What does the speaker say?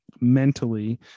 mentally